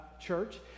church